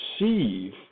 receive